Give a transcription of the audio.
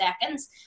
seconds